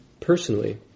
personally